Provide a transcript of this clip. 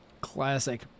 Classic